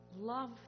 love